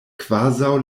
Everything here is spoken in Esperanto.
kvazaŭ